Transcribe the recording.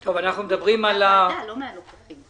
שלא לאשר למצפה